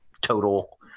total